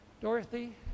dorothy